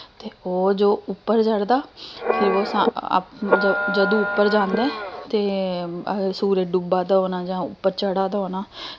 ते ओह् जो उप्पर चढ़दा फिर ओह् जदूं उप्पर जांदा ऐ ते सूरज डुब्बा दा होना जां उप्पर चढ़ा दा होना